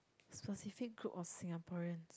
specific group of Singaporeans